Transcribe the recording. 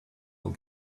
will